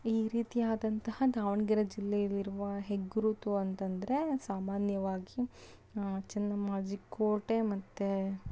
ಈ ರೀತಿಯಾದಂತಹ ದಾವಣಗೆರೆ ಜಿಲ್ಲೆಯಲ್ಲಿರುವ ಹೆಗ್ಗುರುತು ಅಂತಂದ್ರೆ ಸಾಮಾನ್ಯವಾಗಿ ಚೆನ್ನಮ್ಮಾಜಿ ಕೋಟೆ ಮತ್ತೆ